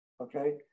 okay